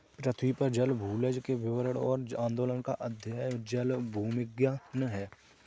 पृथ्वी पर जल भूजल के वितरण और आंदोलन का अध्ययन जलभूविज्ञान है